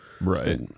right